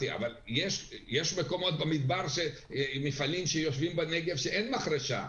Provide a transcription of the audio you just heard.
את ההשקעות במשך התקופה שנותרה ברגע שזה מתחיל להישחק,